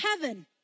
heaven